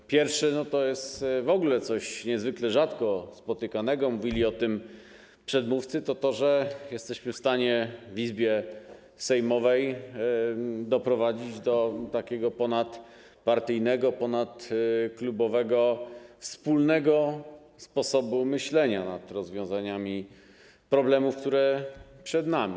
Po pierwsze, to jest w ogóle coś niezwykle rzadko spotykanego - mówili o tym przedmówcy - że jesteśmy w stanie w Izbie sejmowej doprowadzić do takiego ponadpartyjnego, ponadklubowego, wspólnego sposobu myślenia nad rozwiązaniami problemów, które są przed nami.